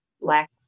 Black